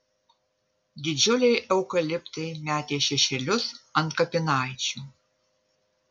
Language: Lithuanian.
didžiuliai eukaliptai metė šešėlius ant kapinaičių